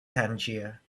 tangier